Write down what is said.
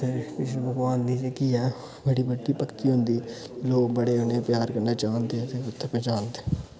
कृष्ण भगबान दी जेह्की ऐ बड़ी बड्डी भक्ति होंदी लोग बड़े उ'नेंगी प्यार कन्नै जानदे ते उत्थें पहचानदे